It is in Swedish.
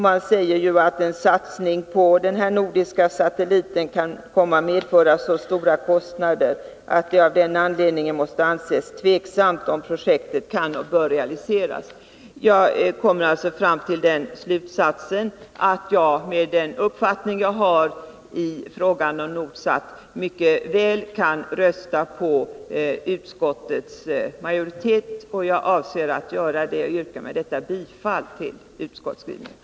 Man säger att en satsning på den här nordiska satelliten kan komma att medföra så stora kostnader att det av den anledningen måste anses tvivelaktigt om projektet kan och bör realiseras. Jag kommer alltså fram till den slutsatsen att jag med den uppfattning jag hari frågan om Nordsat mycket väl kan rösta på utskottsmajoritetens förslag, och jag avser att göra det. Jag yrkar med detta bifall till utskottets hemställan.